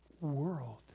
world